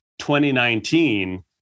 2019